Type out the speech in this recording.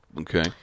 Okay